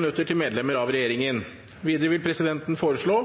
minutter til medlemmer av regjeringen. Videre vil presidenten foreslå